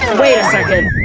wait a second,